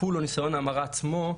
טיפול או ניסיון ההמרה עצמו,